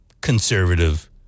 conservative